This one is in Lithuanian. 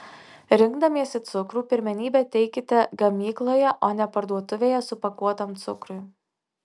rinkdamiesi cukrų pirmenybę teikite gamykloje o ne parduotuvėje supakuotam cukrui